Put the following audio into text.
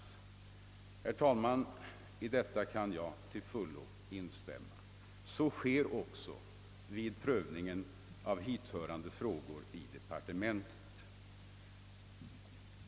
I detta kan jag, herr talman, till fullo instämma. En sådan bedömning sker också vid prövningen av hithörande frågor i departementet.